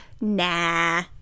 Nah